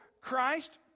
christ